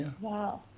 wow